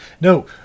No